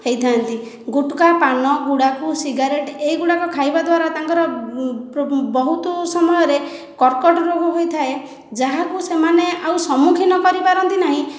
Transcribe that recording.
ହୋଇଥାନ୍ତି ଗୁଟଖା ପାନ ଗୁଡ଼ାଖୁ ସିଗାରେଟ ଏହି ଗୁଡ଼ାକ ଖାଇବା ଦ୍ୱାରା ତାଙ୍କର ବହୁତ ସମୟରେ କର୍କଟ ରୋଗ ହୋଇଥାଏ ଯାହାକୁ ସେମାନେ ଆଉ ସମ୍ମୁଖୀନ କରିପାରନ୍ତି ନାହିଁ